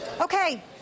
Okay